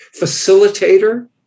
facilitator